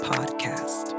Podcast